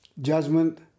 judgment